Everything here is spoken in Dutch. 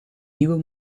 nieuwe